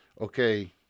okay